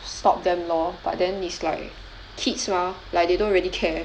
stop them lor but then is like kids mah like they don't really care